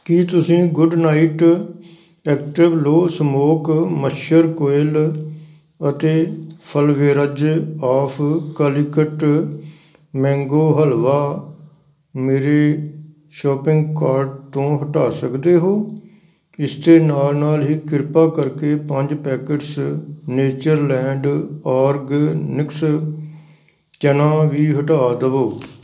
ਕਿ ਤੁਸੀਂ good night active low smoke ਮੱਛਰ ਕੋਇਲ ਅਤੇ flavours of Calicut mango halwa ਮੇਰੀ ਸ਼ੋਪਿੰਗ ਕਾਰਟ ਤੋਂ ਹਟਾ ਸਕਦੇ ਹੋ ਇਸ ਦੇ ਨਾਲ ਨਾਲ ਹੀ ਕ੍ਰਿਪਾ ਕਰਕੇ ਪੰਜ ਪੈਕੇਟਸ ਨੇਚਰਲੈਂਡ ਆਰਗੈਨਿਕਸ ਚਨਾ ਵੀ ਹਟਾ ਦੇਵੋ